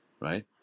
right